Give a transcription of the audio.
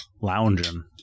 Lounging